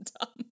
dumb